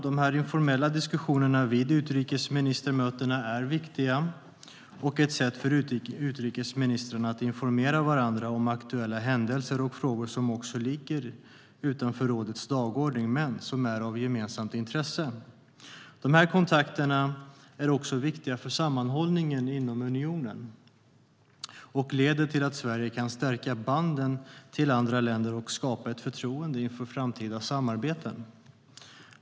De informella diskussionerna vid utrikesministermötena är viktiga och ett sätt för utrikesministrarna att informera varandra om aktuella händelser och frågor - även sådana som ligger utanför rådets dagordning men är av gemensamt intresse. De här kontakterna är också viktiga för sammanhållningen inom unionen och leder till att Sverige kan stärka banden till andra länder och skapa förtroende inför framtida samarbeten.